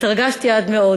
התרגשתי עד מאוד.